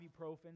ibuprofen